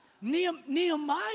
Nehemiah